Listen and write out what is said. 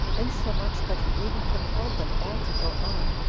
insomuch that he even compelled them all to go on,